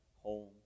home